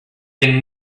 been